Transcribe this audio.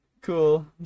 cool